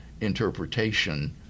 interpretation